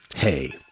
Hey